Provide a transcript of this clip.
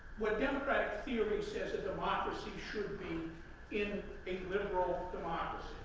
what democratic theory says a democracy should be in a liberal democracy.